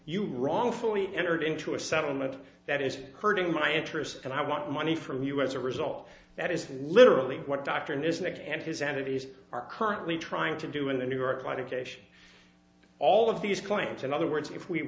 you wrongfully entered into a settlement that is hurting my interest and i want money from you as a result that is literally what dr nissen and his entities are currently trying to do in the new york on a case all of these clients in other words if we